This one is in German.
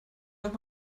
nach